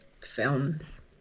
films